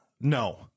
No